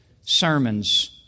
sermons